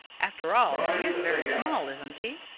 after all, he is very small, isn't he?